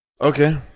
Okay